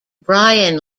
brian